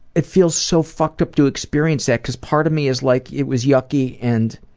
it feels so fucked up to experience that because part of me is like it was yucky and,